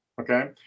okay